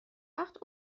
وقت